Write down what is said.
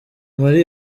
muri